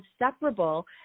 inseparable